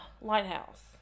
lighthouse